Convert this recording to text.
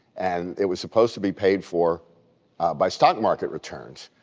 and it was supposed to be paid for by stock market returns,